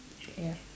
ya